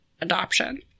adoption